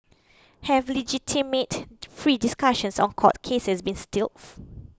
have legitimate free discussions on court cases been stifled